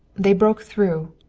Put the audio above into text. they broke through.